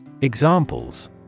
Examples